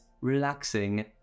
relaxing